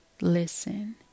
listen